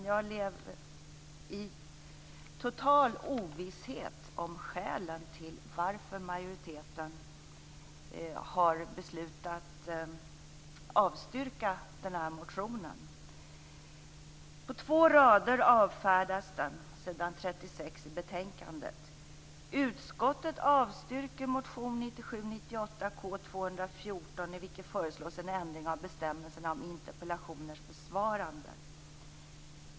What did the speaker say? Jag lever i total ovisshet om skälen till varför majoriteten har beslutat avstyrka motionen. På två rader avfärdas den, s. 36 i betänkandet: "Utskottet avstyrker motion 1997/98:K214 , i vilken föreslås en ändring av bestämmelserna om interpellationers besvarande."